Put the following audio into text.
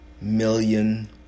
million